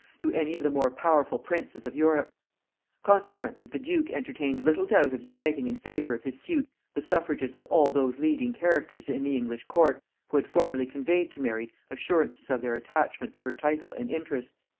to any of the more powerful princes of europe consequently the duke entertained little doubt of uniting in favor of his suit the suffrages of all those leading characters in the english court who had formerly conveyed to mary assurances of their attachment to her title and interests.